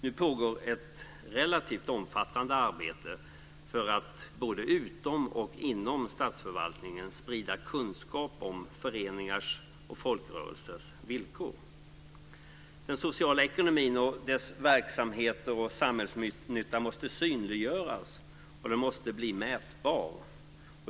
Nu pågår ett relativt omfattande arbete för att både utom och inom statsförvaltningen sprida kunskap om föreningars och folkrörelsers villkor. Den sociala ekonomin och dess verksamheter och samhällsnytta måste synliggöras, och den måste bli mätbar.